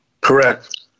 Correct